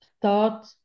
start